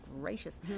gracious